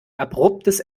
abruptes